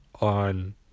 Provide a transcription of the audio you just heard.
on